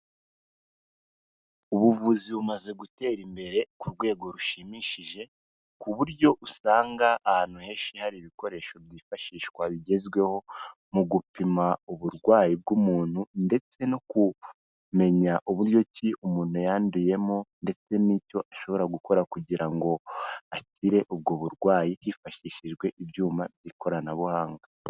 Ubuvuzi bumaze gutera imbere, ku rwego rushimishije, ku buryo usanga ahantu henshi hari ibikoresho byifashishwa bigezweho, mu gupima uburwayi bw'umuntu, ndetse no kumenya uburyo ki umuntu yanduyemo, ndetse n'icyo ashobora gukora kugira ngo akire ubwo burwayi, hifashishijwe ibyuma by'ikoranabuhanga.